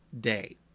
day